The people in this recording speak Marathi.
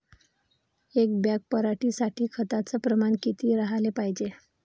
एक बॅग पराटी साठी खताचं प्रमान किती राहाले पायजे?